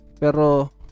Pero